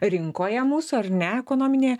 rinkoje mūsų ar ne ekonominėje